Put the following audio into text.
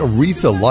Aretha